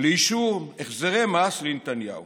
לאישור החזרי מס לנתניהו